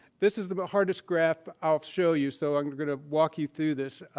this is the but hardest graph i'll show you, so i'm going going to walk you through this.